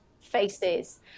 faces